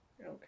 Okay